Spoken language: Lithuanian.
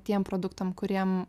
tiem produktam kuriem